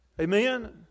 Amen